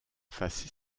fasse